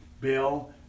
Bill